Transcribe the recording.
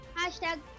hashtag